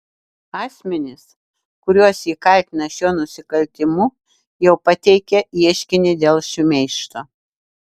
asmenys kuriuos ji kaltina šiuo nusikaltimu jau pateikė ieškinį dėl šmeižto